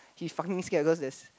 he fucking scared cause there's